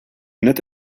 not